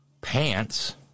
pants